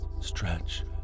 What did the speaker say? stretch